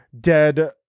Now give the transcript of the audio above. dead